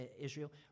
Israel